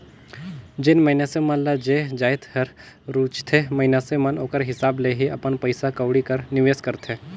जेन मइनसे मन ल जे जाएत हर रूचथे मइनसे मन ओकर हिसाब ले ही अपन पइसा कउड़ी कर निवेस करथे